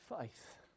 faith